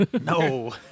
No